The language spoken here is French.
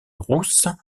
rousse